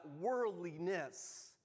worldliness